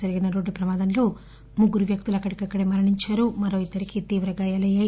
జరిగిన రోడ్డు ప్రమాదంలో ముగ్గురు వ్యక్తులు అక్కడికక్కడే మృతి చెందారు మరో ఇద్దరికి తీవ్ర గాయాలయ్యాయి